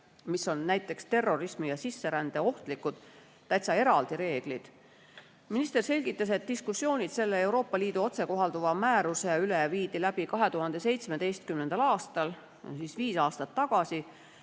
mis on terrorismi‑ ja sisserändeohtlikud, täitsa eraldi reeglid. Minister selgitas, et diskussioonid selle Euroopa Liidu otsekohalduva määruse üle viidi läbi 2017. aastal, see on siis viis aastat tagasi,